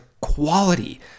quality